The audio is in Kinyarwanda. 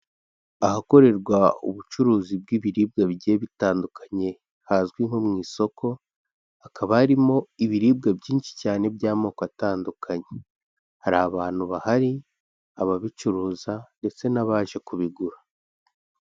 Ahakorerwa ubucuruzi bw'ibiribwa bigiye bitandukanye, hazwi nko mu isoko, hakaba harimo ibiribwa byinshi cyane by'amoko atandukanye, hari abantu bahari ababicuruza ndetse n'abaje kubigura.